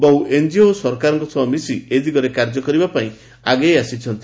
ବହୁ ଏନ୍ଜିଓ ସରକାରଙ୍କ ସହ ମିଶି ଏ ଦିଗରେ କାର୍ଯ୍ୟ କରିବାପାଇଁ ଆଗେଇ ଆସିଛନ୍ତି